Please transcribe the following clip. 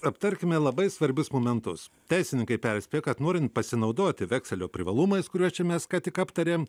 aptarkime labai svarbius momentus teisininkai perspėja kad norint pasinaudoti vekselio privalumais kuriuos čia mes ką tik aptarėm